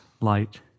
light